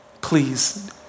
Please